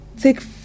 Take